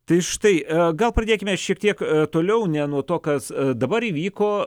tai štai gal pradėkime šiek tiek toliau ne nuo to kas dabar įvyko